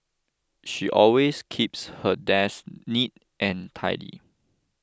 she always keeps her desk neat and tidy